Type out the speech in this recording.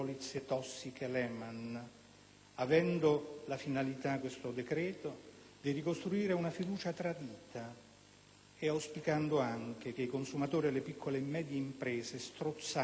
pone la finalità di ricostruire una fiducia tradita, auspicando anche che i consumatori delle piccole e medie imprese, strozzate dalla stretta creditizia,